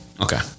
Okay